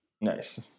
Nice